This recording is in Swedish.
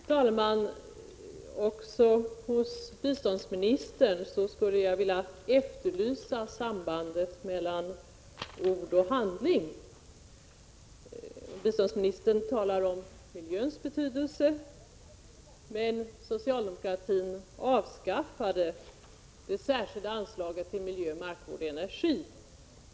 Herr talman! Också när det gäller biståndsministern skulle jag vilja efterlysa sambandet mellan ord och handling. Biståndsministern talar om miljöns betydelse, men socialdemokratin avskaffade det särskilda anslaget avseende miljö, markvård och energi.